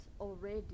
already